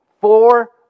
four